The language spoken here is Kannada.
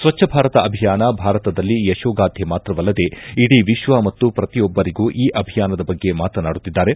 ಸ್ಟಚ್ದ ಭಾರತ ಅಭಿಯಾನ ಭಾರತದಲ್ಲಿ ಯಶೋಗಾಥೆ ಮಾತ್ರವಲ್ಲದೆ ಇಡೀ ವಿಶ್ವ ಮತ್ತು ಪ್ರತಿಯೊಬ್ಬರೂ ಈ ಅಭಿಯಾನದ ಬಗ್ಗೆ ಮಾತನಾಡುತ್ತಿದ್ದಾರೆ